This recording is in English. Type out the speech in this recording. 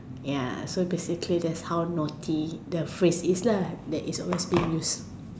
ya so basically that's how naughty that phrase is lah that is always been used